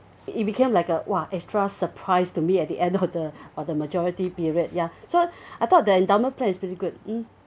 it became like a !wah! extra surprise to me at the end of the of the maturity period ya so I thought that endowment plan is pretty good mm